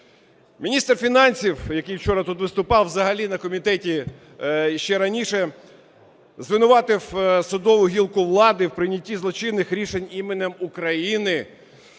Міністр фінансів, який вчора тут виступав, взагалі на комітеті ще раніше звинуватив судову гілку влади в прийнятті злочинних рішень іменем України,